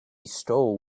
stole